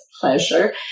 pleasure